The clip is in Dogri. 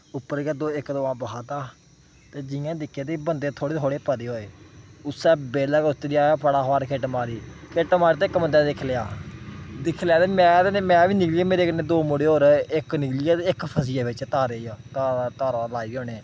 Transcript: उप्पर गै दो इक दो अम्ब खाद्धा ते जि'यां दिक्खेआ ते बंदे थोह्ड़े थोह्ड़े परे होए उस्सै बेल्लै में उतरेआ फड़ा फड़ खिट्ट मारी खिट्ट मारदे इक बंदे ने दिक्खी लेआ दिक्खी लेआ ते में मैं बी निकली गेआ मेरे कन्नै दो मुड़े होर हे इक निकली गेआ ते इक फसी गेआ बेच्च तारें च तार तारां लाई दी उ'नें